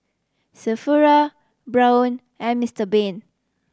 Sephora Braun and Mister Bean